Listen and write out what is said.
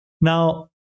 Now